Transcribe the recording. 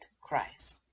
Christ